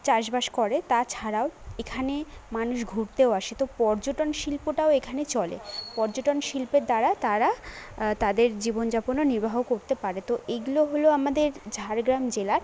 চাষ বাস করে তাছাড়াও এখানে মানুষ ঘুরতেও আসে তো পর্যটন শিল্পটাও এখানে চলে পর্যটন শিল্পের দ্বারা তারা তাদের জীবনযাপনও নির্বাহ করতে পারে তো এইগুলো হল আমাদের ঝাড়গ্রাম জেলার